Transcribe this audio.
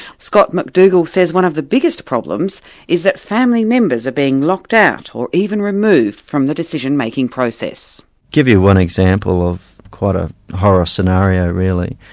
scott mcdougal says one of the biggest problems is that family members are being locked out, or even removed from the decision-making process. i'll give you one example of quite a horror scenario really,